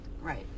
right